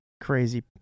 crazy